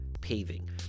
Paving